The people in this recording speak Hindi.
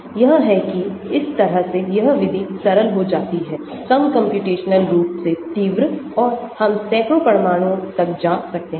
यह है की इस तरह से यह विधि सरल हो जाती है कम कम्प्यूटेशनल रूप से तीव्र और हम सैकड़ों परमाणुओं तक जा सकते हैं